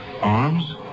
arms